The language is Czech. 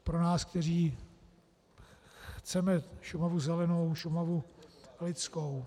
Pro nás, kteří chceme Šumavu zelenou, Šumavu lidskou.